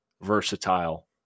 versatile